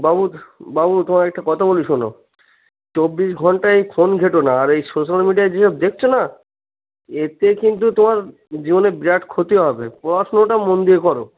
বাবু বাবু তোমার একটা কথা বলি শোনো চব্বিশ ঘন্টায় এই ফোন ঘেটো না আর এই সোশ্যাল মিডিয়ায় যেসব দেখছে না এতে কিন্তু তোমার জীবনে বিরাট ক্ষতি হবে পড়াশুনো ওটা মন্ দিয়ে করো